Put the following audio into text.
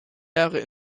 jahre